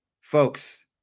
Folks